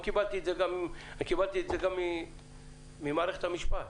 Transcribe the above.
קיבלתי את זה גם ממערכת המשפט.